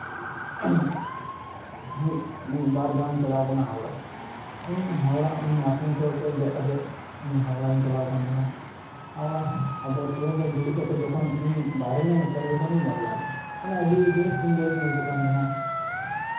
ᱢᱤᱫᱼᱢᱤᱫ ᱵᱟᱨ ᱫᱚᱢᱤᱧ ᱪᱟᱞᱟᱣ ᱟᱠᱟᱱᱟ ᱦᱟᱣᱲᱟ ᱤᱧ ᱦᱟᱣᱲᱟ ᱟᱥᱟᱱᱥᱳᱞ ᱠᱷᱚᱡ ᱫᱮᱡ ᱠᱟᱛᱮᱫ ᱤᱧ ᱦᱟᱣᱲᱟᱧ ᱪᱟᱞᱟᱣ ᱟᱠᱟᱱ ᱛᱟᱦᱮᱸᱫᱼᱟ ᱦᱟᱣᱲᱟ ᱟᱫᱚ ᱴᱨᱮᱱ ᱨᱮ ᱫᱩᱲᱩᱵ ᱠᱟᱛᱮᱫ ᱡᱚᱠᱷᱚᱱ ᱤᱧ ᱵᱟᱭᱨᱮ ᱨᱮᱱᱟᱜ ᱱᱮᱪᱟᱨ ᱡᱚᱠᱷᱚᱱᱤᱧ ᱧᱮᱞᱮᱫᱟ ᱢᱟᱱᱮ ᱟᱹᱰᱤ ᱵᱮᱥ ᱩᱱ ᱫᱚ ᱵᱩᱡᱩᱜ ᱠᱟᱱ ᱛᱟᱦᱮᱸᱱᱟ